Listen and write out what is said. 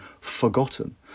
forgotten